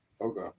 Okay